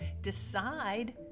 decide